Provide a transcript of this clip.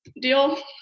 deal